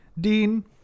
Dean